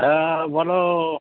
হ্যাঁ বলো